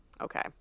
Okay